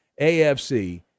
AFC